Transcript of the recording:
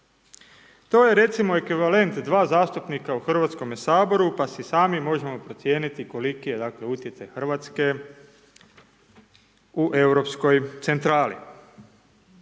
To je recimo ekvivalent 2 zastupnika u HS, pa si sami možemo procijeniti koliki je dakle, utjecaj Hrvatske u Europskoj centrali.